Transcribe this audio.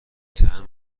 طعم